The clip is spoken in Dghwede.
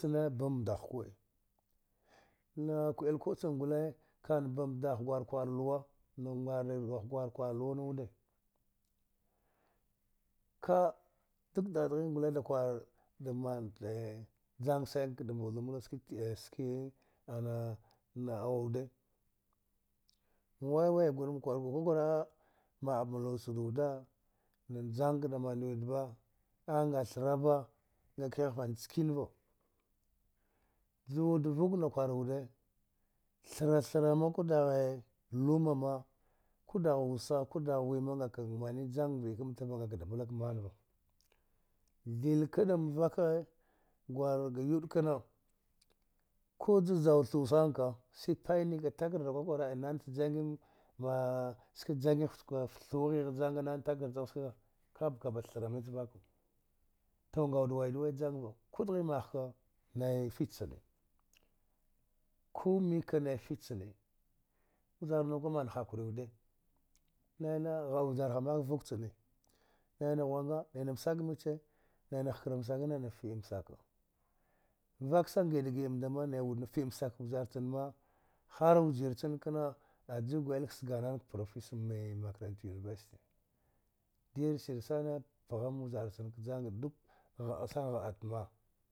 Nanai ku a chane bamdagh ku a nak u il ku’a chan gule kan bamɗagh gwar kwai luwa kwar luwan wude ka’a dak dad ghin gule da kwar da mante jang sane kada mbaidu mbla ski, a ski na auwude ma wai waya gure makwar gur kwakwara ma’a mbe luwa cha wuɗa wuve da jang ka da mandu wwiwud ba a’a nga tharava nga kihava ng chiniva juwad vuk na kwaru wude thra-thra maku daghe luma ma kudaghe wusa kudagh wima nga ka mani jang vaaikamtava ngaka da blak manva dil ka dam vake gwal ga yuɗ kna ku ju jau thu sanaka sipaiika takarda kwa kwara aynin cha janggi ma ski a janggi ghigh fta thu ghihj janga kapka pga te thra mnich vaka tun gaud waidu waidu way jamg va ku dghi magh ka naif ich chana kumike nai ich chane vjarnuka man hakuri wude naina gha’a vjarha mak vuk chane naina ghawana naina mask miche naina hkaramsak naina fi amsake mvakk sana gi’a ɗa gi amnda ma nai wud na fi amsak njar chan ma har mvijir chan na aju gwil kasga nana ka profisa me makrantam invaste nin si sana pgham vjar chan ka jang duk gha a sana gha’aftma